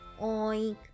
Oink